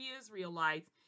Israelites